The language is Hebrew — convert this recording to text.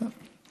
טוב.